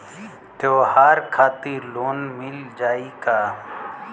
त्योहार खातिर लोन मिल जाई का?